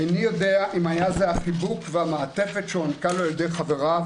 איני יודע אם היה זה החיבוק והמעטפת שהוענקה לו על ידי חבריו,